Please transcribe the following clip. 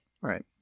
Right